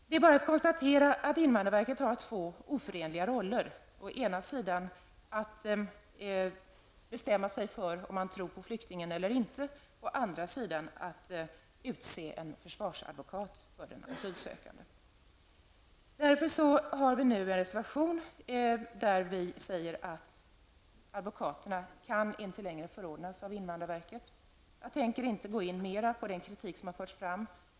Det är bara att konstatera att invandrarverket har två oförenliga roller. Å ena sidan att bestämma sig för om man tror på flyktingen eller inte och å andra sidan att utse en försvarsadvokat för den asylsökande. Därför har vi nu en reservation där vi säger att advokater inte längre kan förordnas av invandrarverket. Jag tänker inte gå in mer på den kritik som har förts fram.